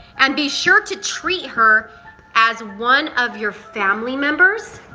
and be sure to treat her as one of your family members.